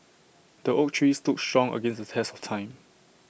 the oak tree stood strong against the test of time